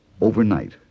overnight